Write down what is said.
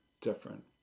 different